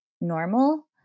normal